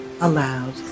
aloud